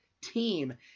team